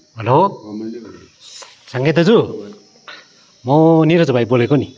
hello Sange दाजु म निरज भाइ बोलेको नि